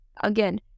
Again